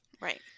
Right